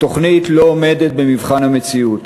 התוכנית לא עומדת במבחן המציאות.